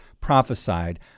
prophesied